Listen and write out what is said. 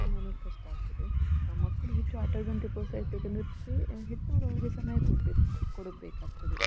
ತುಂಬಾ ಕಷ್ಟ ಆಗ್ತದೆ ಆ ಮಕ್ಕಳು ಹೆಚ್ಚು ಆಟಾಡುವಂತೆ ಪ್ರೋತ್ಸಾಹಿಸಬೇಕಂದರೆ ಪೇ ಹೆತ್ತವರು ಅವ್ರಿಗೆ ಸಮಯ ಕೊಡ್ಬೇಕು ಕೊಡಬೇಕಾಗ್ತದೆ